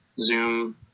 Zoom